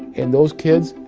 and those kids,